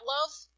love